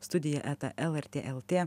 studija eta lrt lt